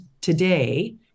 today